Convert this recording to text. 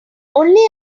only